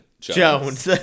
Jones